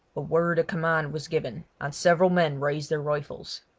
a word of command was given, and several men raised their rifles.